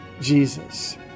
Jesus